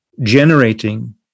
generating